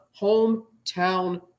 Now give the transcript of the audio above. hometown